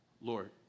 Lord